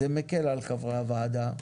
זה מקל על חברי הוועדה.